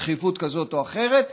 בדחיפות כזו או אחרת,